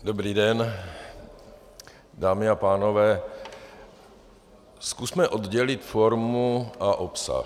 Dobrý den dámy a pánové, zkusme oddělit formu a obsah.